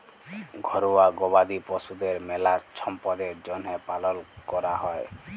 ঘরুয়া গবাদি পশুদের মেলা ছম্পদের জ্যনহে পালন ক্যরা হয়